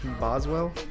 Boswell